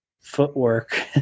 footwork